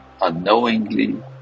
unknowingly